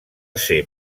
ser